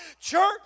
church